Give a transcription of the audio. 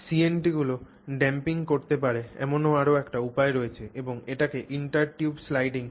CNT গুলি damping করতে পারে এমন আরও একটি উপায় রয়েছে এবং এটিকে ইন্টার টিউব স্লাইডিং বলে